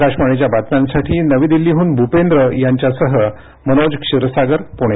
आकाशवाणीच्या बातम्यांसाठी नवी दिल्लीहून भूपेंद्र यांच्यासह मनोज क्षीरसागर पुणे